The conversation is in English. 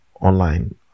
online